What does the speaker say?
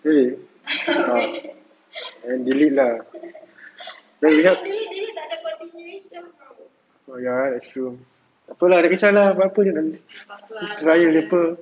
really ah then delete lah then you help oh ya ah true takpe lah tak kesah lah trial jer [pe]